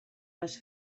les